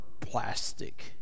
plastic